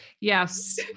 Yes